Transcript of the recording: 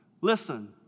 Listen